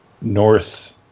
North